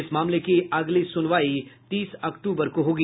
इस मामले की अगली सुनवाई तीस अक्टूबर को होगी